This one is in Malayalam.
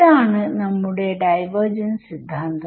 ഇതാണ് നമ്മുടെ ഡൈവർജൻസ് സിദ്ധാന്തം